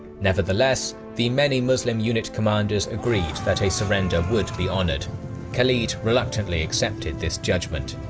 nevertheless, the many muslim unit commanders agreed that a surrender would be honoured khalid reluctantly accepted this judgement.